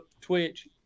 Twitch